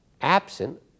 absent